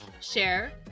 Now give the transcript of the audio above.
share